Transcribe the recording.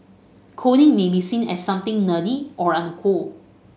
coding may be seen as something nerdy or uncool